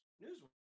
news